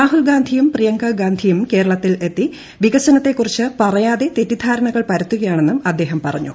രാഹുൽ ഗാന്ധിയും പ്രിയ്ക്ക് ഗാന്ധിയും കേരളത്തിൽ എത്തി വികസനത്തെകുറിച്ച് തെറ്റിദ്ധാരണകൾ പരത്തുകയാണെന്നും അദ്ദേഹം പറഞ്ഞു